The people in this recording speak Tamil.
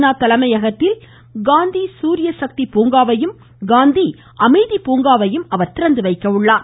நா தலைமையகத்தில் காந்தி சூரிய சக்தி பூங்காவையும் காந்தி அமைதி பூங்காவையும் திறந்துவைக்கிறார்